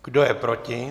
Kdo je proti?